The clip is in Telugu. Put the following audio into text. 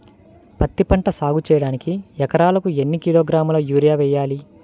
పత్తిపంట సాగు చేయడానికి ఎకరాలకు ఎన్ని కిలోగ్రాముల యూరియా వేయాలి?